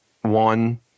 one